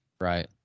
Right